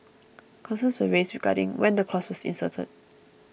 concerns were raised regarding when the clause was inserted